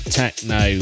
techno